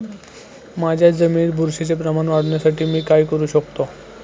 माझ्या जमिनीत बुरशीचे प्रमाण वाढवण्यासाठी मी काय करू शकतो?